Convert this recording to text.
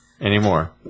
anymore